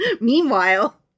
Meanwhile